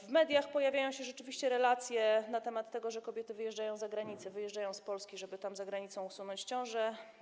W mediach pojawiają się rzeczywiście relacje na temat tego, że kobiety wyjeżdżają za granicę, wyjeżdżają z Polski, żeby za granicą usunąć ciążę.